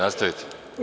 Nastavite.